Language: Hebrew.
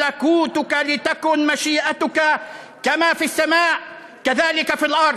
שמך תבוא מלכותך יעשה רצונך כמו בשמים כן בארץ".